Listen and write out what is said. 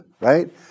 right